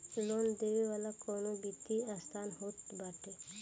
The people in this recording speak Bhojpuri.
लोन देवे वाला कवनो वित्तीय संस्थान होत बाटे